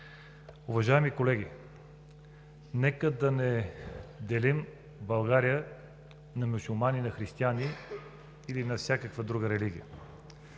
Уважаеми колеги, нека да не делим България на мюсюлмани и на християни или на всякаква друга религия!